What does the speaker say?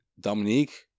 Dominique